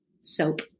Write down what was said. soap